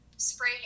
spray